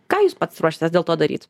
ką jūs pats ruošiatės dėl to daryt